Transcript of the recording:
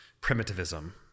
primitivism